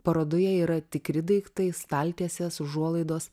parodoje yra tikri daiktai staltiesės užuolaidos